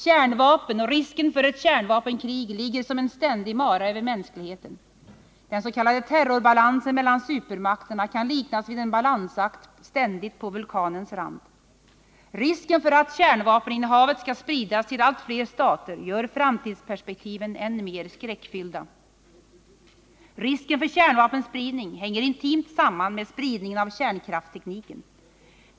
Kärnvapen och risken för ett kärnvapenkrig ligger som en ständig mara över mänskligheten. Den s.k. terrorbalansen mellan supermakterna kan liknas vid en balansakt ständigt på vulkanens rand. Risken för att kärnvapeninnehavet skall spridas till allt fler stater gör framtidsperspektiven än mer skräckfyllda. Risken för kärnvapenspridning hänger intimt samman med spridningen av kärnkraftstekniken.